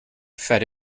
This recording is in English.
fed